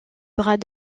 bras